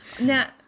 Now